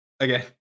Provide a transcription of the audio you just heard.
Okay